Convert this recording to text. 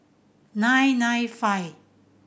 nine nine five